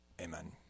Amen